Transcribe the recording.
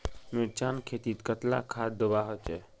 मिर्चान खेतीत कतला खाद दूबा होचे?